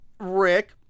Rick